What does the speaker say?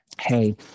Hey